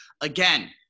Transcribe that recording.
Again